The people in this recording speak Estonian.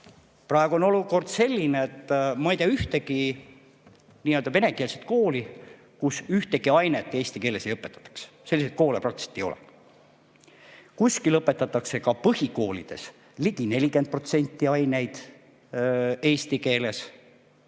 Praegu on olukord selline, et ma ei tea ühtegi nii-öelda venekeelset kooli, kus ühtegi ainet eesti keeles ei õpetataks, selliseid koole praktiliselt ei ole. Mõnes põhikoolis õpetatakse ligi 40% aineid eesti keeles.